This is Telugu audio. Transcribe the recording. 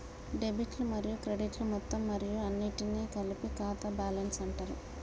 డెబిట్లు మరియు క్రెడిట్లు మొత్తం మరియు అన్నింటినీ కలిపి ఖాతా బ్యాలెన్స్ అంటరు